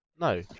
No